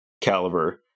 caliber